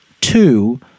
two